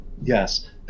Yes